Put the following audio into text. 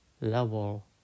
level